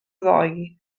ddoe